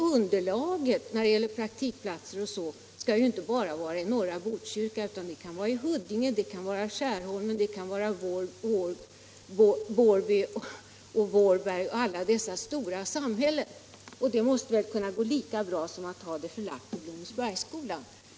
Underlaget när det gäller praktikplatser o. d. skall ju heller inte tas bara från norra Botkyrka, utan det kan tas från Huddinge, Skärholmen, Vårby, Vårberg och liknande stora samhällen, och det borde väl gå lika bra även om utbildningen inte är förlagd till Blommensbergsskolan.